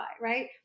right